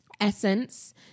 Essence